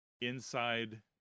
inside